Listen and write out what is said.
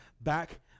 back